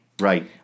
Right